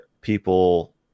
people